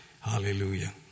Hallelujah